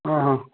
ହଁ ହଁ